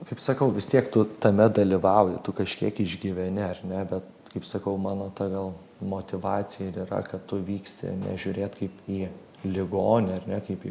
kaip sakau vis tiek tu tame dalyvauji tu kažkiek išgyveni ar ne bet kaip sakau mano ta gal motyvacija ir yra kad tu vyksti nežiūrėt kaip į ligonį ar ne kaip į